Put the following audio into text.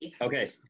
Okay